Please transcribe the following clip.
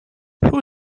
who